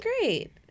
great